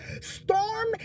Storm